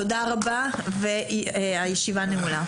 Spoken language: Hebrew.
תודה רבה, הישיבה נעולה.